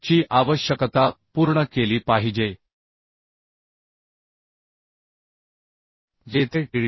ची आवश्यकता पूर्ण केली पाहिजे जेथे TD